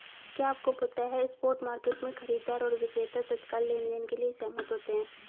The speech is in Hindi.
क्या आपको पता है स्पॉट मार्केट में, खरीदार और विक्रेता तत्काल लेनदेन के लिए सहमत होते हैं?